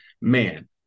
man